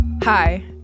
Hi